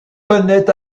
connaît